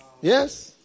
Yes